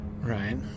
Right